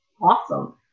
awesome